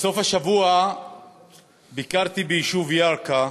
בסוף השבוע ביקרתי ביישוב ירכא.